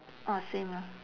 ah same lah